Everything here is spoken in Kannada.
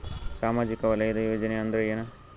ಸಾಮಾಜಿಕ ವಲಯದ ಯೋಜನೆ ಅಂದ್ರ ಏನ?